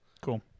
Cool